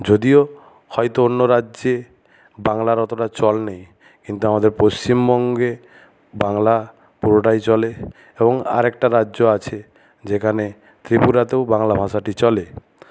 যদিও হয়তো অন্য রাজ্যে বাংলার অতোটা চল নেই কিন্তু আমাদের পশ্চিমবঙ্গে বাংলা পুরোটাই চলে এবং আরেকটা রাজ্য আছে যেখানে ত্রিপুরাতেও বাংলা ভাষাটি চলে